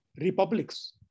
republics